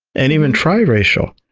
and even triracial.